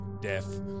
Death